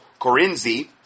Corinzi